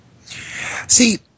See